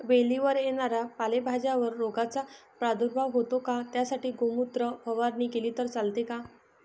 वेलीवर येणाऱ्या पालेभाज्यांवर रोगाचा प्रादुर्भाव होतो का? त्यासाठी गोमूत्र फवारणी केली तर चालते का?